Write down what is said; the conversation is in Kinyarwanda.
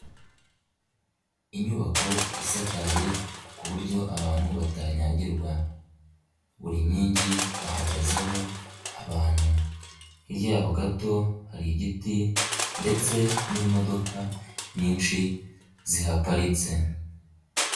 Inyubako isakaye ku buryo abantu batanyagirwa, buri nkingi hahagazeho abantu, hirya y'aho gato hari igiti ndetse n'imodoka nyinshi zihaparitse.